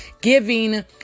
giving